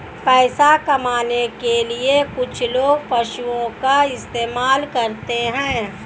पैसा कमाने के लिए कुछ लोग पशुओं का इस्तेमाल करते हैं